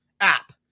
app